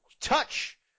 touch